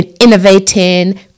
innovating